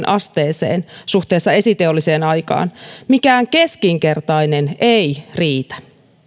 asteeseen suhteessa esiteolliseen aikaan mikään keskinkertainen ei riitä